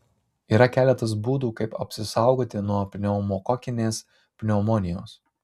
yra keletas būdų kaip apsisaugoti nuo pneumokokinės pneumonijos